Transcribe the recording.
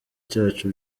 cyacu